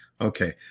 okay